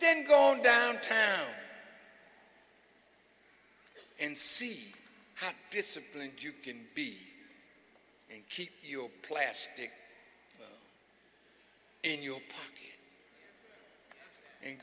then go downtown and see how disciplined you can be and keep your plastic in your